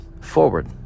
forward